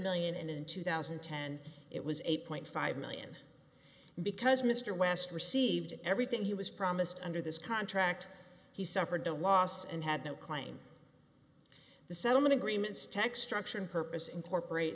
million and in two thousand and ten it was eight point five million because mr west received everything he was promised under this contract he suffered a loss and had no claim the settlement agreements tax structure and purpose incorporate